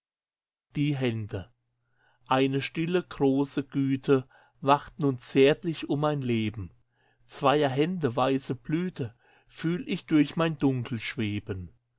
eine stille große güte wacht nun zärtlich um mein leben zweier hände weiße blüte fühl ich durch mein dunkel schweben